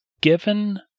given